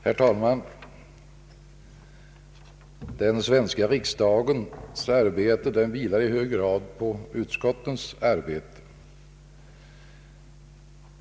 Herr talman! Den svenska riksdagens arbete vilar i hög grad på utskottens arbete.